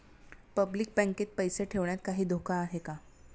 Public बँकेत पैसे ठेवण्यात काही धोका आहे का?